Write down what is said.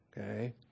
okay